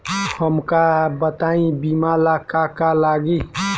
हमका बताई बीमा ला का का लागी?